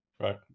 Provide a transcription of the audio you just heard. Right